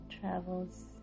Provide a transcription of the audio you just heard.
travels